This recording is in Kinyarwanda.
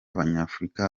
abanyafurika